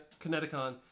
Kineticon